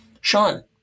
Sean